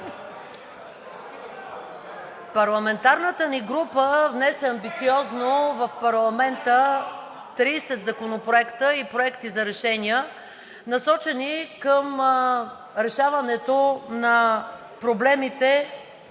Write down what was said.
идваме!“ внесохме амбициозно в парламента 30 законопроекта и проекти за решения, насочени към решаването на проблемите